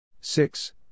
Six